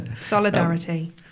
Solidarity